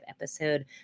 episode